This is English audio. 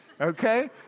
Okay